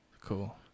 cool